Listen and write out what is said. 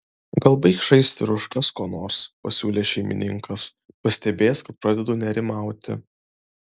gal baik žaisti ir užkąsk ko nors pasiūlė šeimininkas pastebėjęs kad pradedu nerimauti